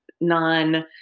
non